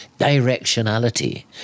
directionality